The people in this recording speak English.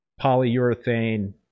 polyurethane